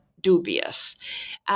dubious